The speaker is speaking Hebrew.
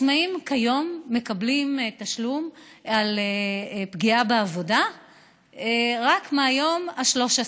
עצמאים כיום מקבלים תשלום על פגיעה בעבודה רק מהיום ה-13.